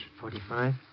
Forty-five